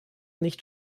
nicht